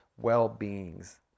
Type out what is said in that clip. well-beings